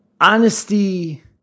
honesty